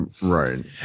Right